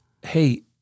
Hey